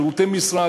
שירותי משרד,